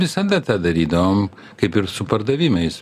visada tą darydavom kaip ir su pardavimais